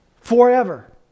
forever